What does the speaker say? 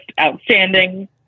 outstanding